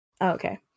Okay